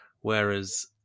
Whereas